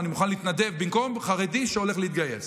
אני מוכן להתנדב במקום חרדי שהולך להתגייס.